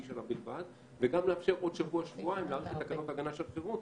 שנה בלבד וגם לאפשר עוד שבוע-שבועיים להאריך את תקנות שעת חירום.